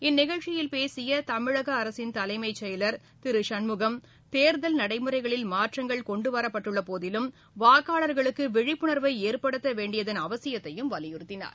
இந்நிகழ்ச்சியில் பேசிய தமிழக அரசின் தலைமைச் செயலர் திரு சண்முகம் தேர்தல் நடைமுறைகளில் மாற்றங்கள் கொண்டுவரப்பட்டுள்ள போதிலும் வாக்காளர்களுக்கு விழிப்புணர்வை ஏற்படுத்த வேண்டியதன் அவசியத்தையும் வலியுறுத்தினார்